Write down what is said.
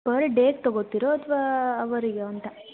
per ಡೇಗೆ ತಗೋತಿರೋ ಅಥವಾ ಅವರಿಗಾ ಅಂತ